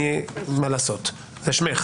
מה לעשות, זה שמך.